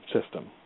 system